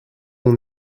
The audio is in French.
mon